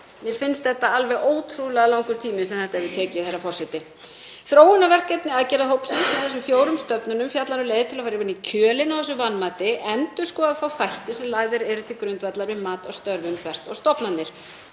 Mér finnst það alveg ótrúlega langur tími sem þetta hefur tekið, herra forseti. Þróunarverkefni aðgerðahópsins með þessum fjórum stofnunum fjallar um leið til að fara ofan í kjölinn á þessu vanmati, endurskoða þá þætti sem lagðir eru til grundvallar við mat á störfum þvert á stofnanir.